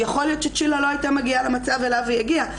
יכול להיות שצ'ילה לא הייתה מגיעה למצב אליו היא הגיעה.